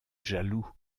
jaloux